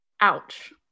ouch